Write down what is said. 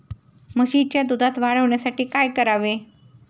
म्हशीच्या दुधात वाढ होण्यासाठी काय करावे?